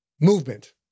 Movement